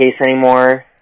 anymore